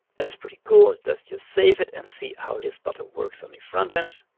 and it's pretty cool. let's just save it and see how this button works on the front end.